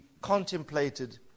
contemplated